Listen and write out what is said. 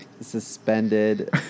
suspended